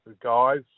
guys